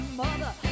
mother